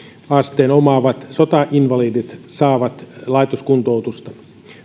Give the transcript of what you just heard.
asteen omaavat sotainvalidit saavat laitoskuntoutusta